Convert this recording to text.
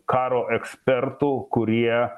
karo ekspertų kurie